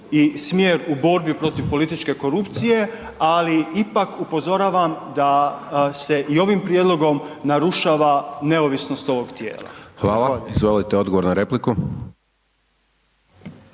i put u borbi protiv političke korupcije, ali ipak upozoravam da se i ovim prijedlogom narušava neovisnost ovog tijela. **Hajdaš Dončić,